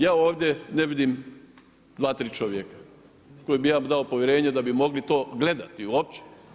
Ja ovdje ne vidim 2, 3 čovjeka, kojem bi ja dao povjerenje, da bi mogli to gledati uopće.